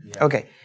Okay